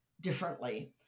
differently